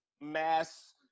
mass